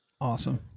Awesome